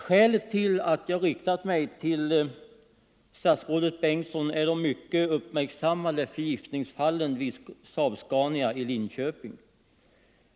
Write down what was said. Skälet till att jag riktat mig till statsrådet Bengtsson är de mycket uppmärksammade förgiftningsfallen vid Saab-Scania i Linköping.